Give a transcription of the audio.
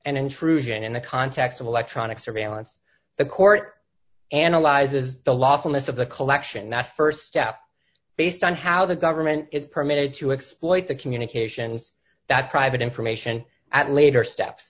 an intrusion in the context of electronic surveillance the court analyzes the lawfulness of the collection that st step based on how the government is permitted to exploit the communications that private information at later steps